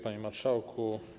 Panie Marszałku!